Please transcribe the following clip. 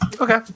Okay